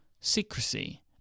secrecy